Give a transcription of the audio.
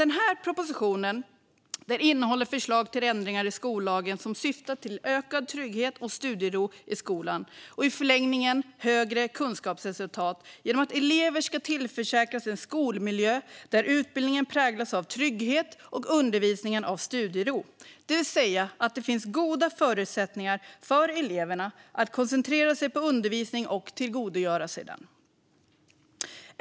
Den här propositionen innehåller förslag till ändringar i skollagen som syftar till ökad trygghet och studiero i skolan och i förlängningen till bättre kunskapsresultat genom att elever ska tillförsäkras en skolmiljö där utbildningen präglas av trygghet och undervisningen av studiero. Den syftar alltså till att det ska finnas goda förutsättningar för eleverna att koncentrera sig på undervisningen och tillgodogöra sig den.